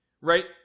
right